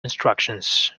instructions